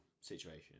situation